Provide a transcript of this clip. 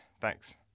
Thanks